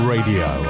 Radio